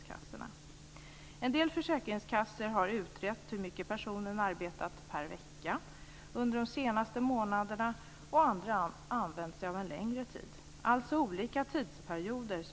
Fru talman!